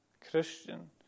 Christian